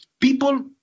people